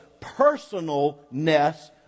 personalness